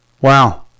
Wow